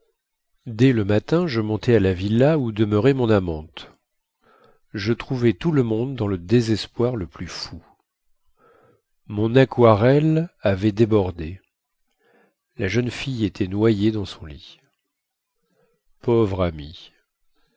dès le matin je montai à la villa où demeurait mon amante je trouvai tout le monde dans le désespoir le plus fou mon aquarelle avait débordé la jeune fille était noyée dans son lit pauvre ami